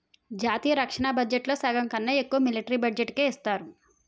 జాతీయ రక్షణ బడ్జెట్లో సగంకన్నా ఎక్కువ మిలట్రీ బడ్జెట్టుకే ఇస్తారు